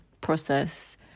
process